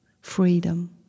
Freedom